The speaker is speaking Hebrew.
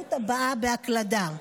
באמצעות הבעה בהקלדה.